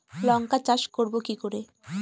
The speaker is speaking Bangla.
লঙ্কা চাষ করব কি করে?